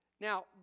now